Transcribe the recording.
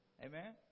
Amen